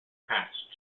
crashed